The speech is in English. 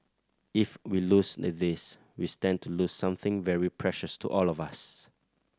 if we lose a this we stand to lose something very precious to all of us